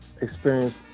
experience